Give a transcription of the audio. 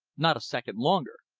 not a second longer.